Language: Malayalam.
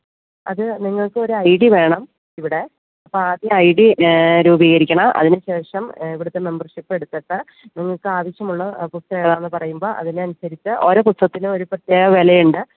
അത് നിങ്ങൾക്ക് ഒരു ഐ ഡി വേണം ഇവിടെ അപ്പം ആദ്യം ഐ ഡി രൂപീകരിക്കണം അതിന് ശേഷം ഇവിടുത്തെ മെമ്പർഷിപ്പ് എടുത്തിട്ട് നിങ്ങൾക്ക് ആവശ്യമുള്ള പുസ്തകം ഏതാണെന്ന് പറയുമ്പം അതിന് അനുസരിച്ച് ഓരോ പുസ്തകത്തിനും ഒരു പ്രത്യേക വില ഉണ്ട്